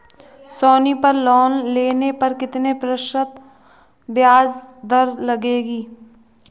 सोनी पर लोन लेने पर कितने प्रतिशत ब्याज दर लगेगी?